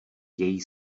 její